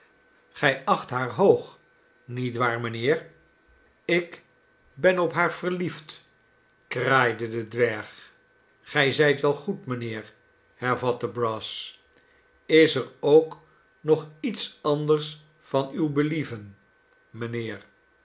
gij acht haar hoog niet waar mijnheer ik ben op haar verliefd kraaide de dwerg gij zijt wel goed mijnheer hervatte brass is er ook nog iets anders van uw believen mijnheer